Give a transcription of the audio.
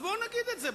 אז בואו נגיד את זה.